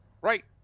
right